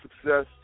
success